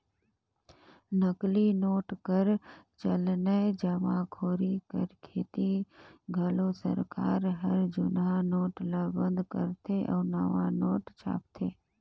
नकली नोट कर चलनए जमाखोरी कर सेती घलो सरकार हर जुनहा नोट ल बंद करथे अउ नावा नोट छापथे